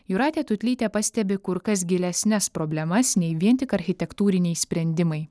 jūratė tutlytė pastebi kur kas gilesnes problemas nei vien tik architektūriniai sprendimai